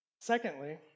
Secondly